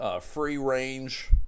free-range